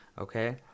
okay